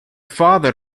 father